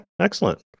excellent